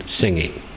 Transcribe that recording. singing